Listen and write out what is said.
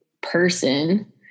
person